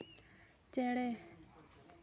ᱪᱮᱬᱮ